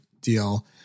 deal